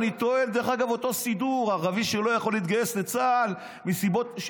אותו סידור: ערבי שלא יכול להתגייס לצה"ל מסיבות,